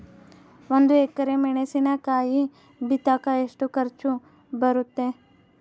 ಒಂದು ಎಕರೆ ಮೆಣಸಿನಕಾಯಿ ಬಿತ್ತಾಕ ಎಷ್ಟು ಖರ್ಚು ಬರುತ್ತೆ?